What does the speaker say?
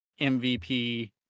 MVP